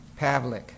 Pavlik